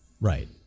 Right